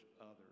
others